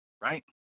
right